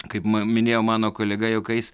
kaip m minėjo mano kolega juokais